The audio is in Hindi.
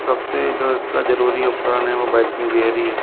सबसे जो इसका ज़रूरी उपकरण है वो बाइकिंग गियर ही है